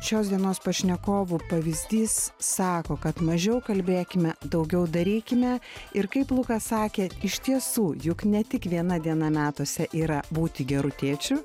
šios dienos pašnekovų pavyzdys sako kad mažiau kalbėkime daugiau darykime ir kaip lukas sakė iš tiesų juk ne tik viena diena metuose yra būti geru tėčiu